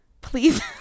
please